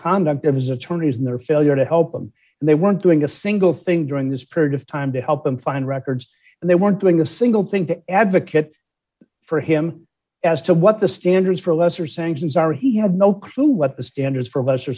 conduct of his attorneys and their failure to help them and they weren't doing a single thing during this period of time to help them find records they want doing a single thing to advocate for him as to what the standards for lesser sanctions are he have no clue what the standards for a lesser